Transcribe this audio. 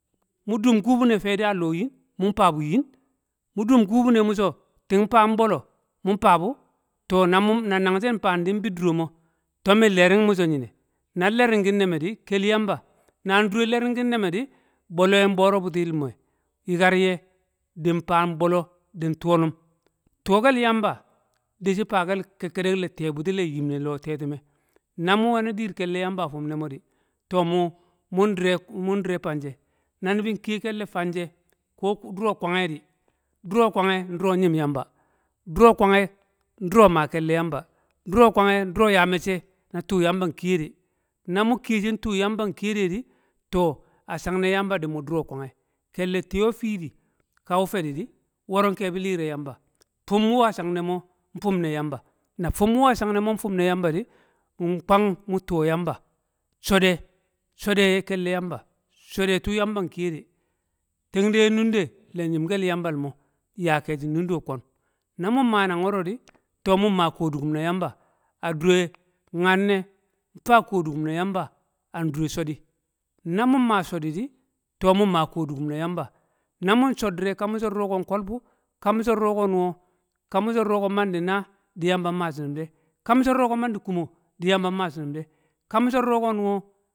Mu dum kukune fedi a loo yin, mun faa bu yin, mu dum kubi ne mu so ting faa nbolo, mun faa bu to, na nan shi nfaan di nbi duro mo, tob min lering mi so nyine. Nan lering kin ne me di, kel yamba nan lering gin neme di bolo yum- boro butil me din faam nbolo din tuwo num. Tuwo kel yamba di shi fakel kekkedek le tiye nung yan bwikin a tetumo, mandi yin, Diyen nye faa tab boko so mandi yin, buti le yim le lo to, tu bila mun we ka diin kelle yamba a tuum ne mo di to mu- mun di- ro fanshe. Na nibin kiye kelle fanje ka duro kwangye di, duro kwangye, nduro nyim yamba, duro kwangye, nduro maa kelle yamba, duro kwangye nduro ya mecce na tuu yamba nkiye de, na mu kiye chintu yamba nkiye da de to a shanne ne yamba dumu duro kwangye. Kelle tiyo fiidi kawu fedi di wuro nkebi lire yamba. Fum wu a shanne ne mo, nfum ne yamba na fum wu a change ne mo nfum ne yamba di, din kwang mu tuwo yamba, chode chode kelle yamba. Chode tuu yamba nkiye de. Ten de nunde kon. Na mum man nang woro di, to mum maa kodukum na yamba a dure nyanne nfaa kodukum na yamba an dure shodi. Na mun ma shode di to mun maa kodukum na yamba. Na sho dire ka mu so duro ko nkol buu, musa duro ko nungyo mandi naa, di yamba nmaa sinum de, ka mu so duro man di kumo di yamba nman shinum de